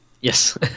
Yes